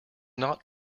not